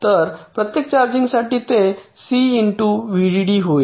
तर प्रत्येक चार्जिंगसाठी ते सी इंटू व्हीडीडी होईल